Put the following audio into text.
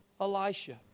Elisha